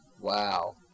Wow